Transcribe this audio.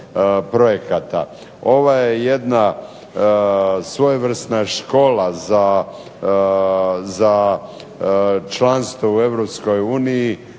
projekata. Ovo je jedna svojevrsna škola za članstvo u EU